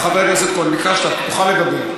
חבר הכנסת כהן, ביקשת, אתה תוכל לדבר.